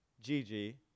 Gigi